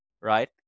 right